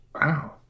Wow